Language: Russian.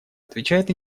отвечает